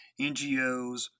NGOs